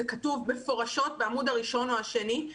זה כתוב מפורשות בעמוד הראשון או השני.